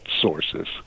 sources